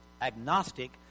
agnostic